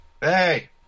Hey